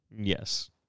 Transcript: Yes